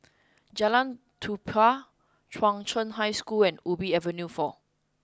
Jalan Tupai Chung Cheng High School and Ubi Avenue four